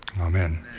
Amen